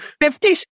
Fifty